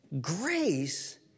grace